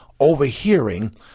overhearing